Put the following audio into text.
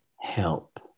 help